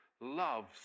loves